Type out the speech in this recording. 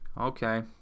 Okay